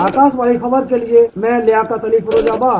आकाशवाणी ख़बर के लिये मैं लियाकत अली फिरोजबाद